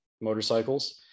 motorcycles